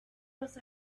was